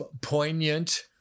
poignant